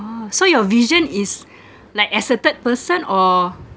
so your vision is like as a third person or